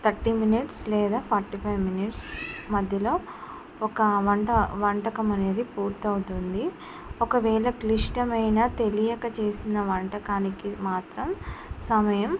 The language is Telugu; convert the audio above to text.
థర్టీ మినిట్స్ లేదా ఫార్టీ ఫైవ్ మినిట్స్ మధ్యలో ఒక వంట వంటకం అనేది పూర్తవుతుంది ఒకవేళ క్లిష్టమైన తెలియక చేసిన వంటకానికి మాత్రం సమయం